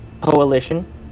Coalition